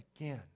again